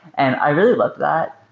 and i really love that.